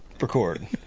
record